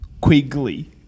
Quigley